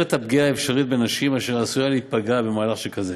את הפגיעה האפשרית בנשים אשר עשויות להיפגע במהלך שכזה.